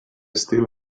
still